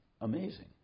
amazing